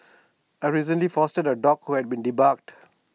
I recently fostered A dog who had been debarked